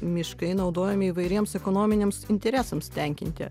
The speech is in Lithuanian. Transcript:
miškai naudojami įvairiems ekonominiams interesams tenkinti